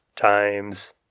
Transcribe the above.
Times